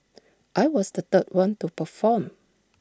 I was the third one to perform